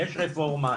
יש רפורמה,